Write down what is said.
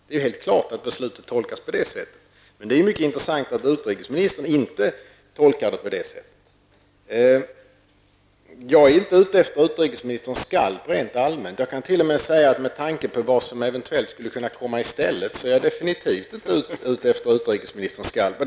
Det är helt klart att beslutet tolkas på det sättet. Men det är ju mycket intressant att utrikesministern inte tolkar det på det sättet. Jag är inte ute efter utrikesministerns skalp rent allmänt. Jag kan t.o.m. säga att med tanke på vad som eventuellt skulle kunna komma i stället är jag defintivt inte ute efter utrikesministerns skalp.